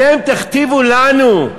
אתם תכתיבו לנו,